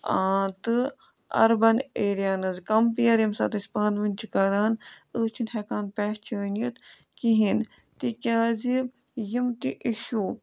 تہٕ urban area ہٕنٛز compare ییٚمہِ ساتہٕ أسۍ پانہٕ وٕنۍ چھِ کَران أسۍ چھِنہٕ ہٮ۪کان پہچٲنِتھ کِہیٖنٛۍ تِکیٛازِ یِم تہِ اِشوٗ